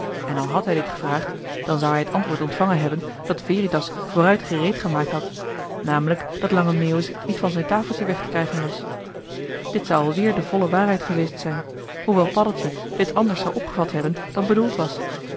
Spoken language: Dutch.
en al had hij dit gevraagd dan zou hij het antwoord ontvangen hebben dat veritas vooruit gejoh h been paddeltje de scheepsjongen van michiel de ruijter reed gemaakt had namelijk dat lange meeuwis niet van zijn tafeltje weg te krijgen was dit zou alweer de volle waarheid geweest zijn hoewel paddeltje dit anders zou opgevat hebben dan bedoeld was